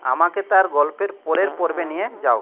আমাকে তার গল্পের পরের পর্বে নিয়ে যাও